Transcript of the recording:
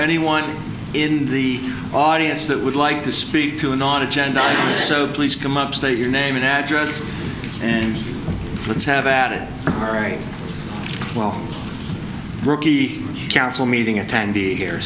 anyone in the audience that would like to speak to an on agenda so please come up state your name and address and let's have at it all right well rookie council meeting attend